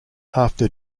after